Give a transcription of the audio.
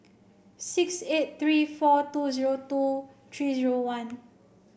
six eight three four two zero two three zero one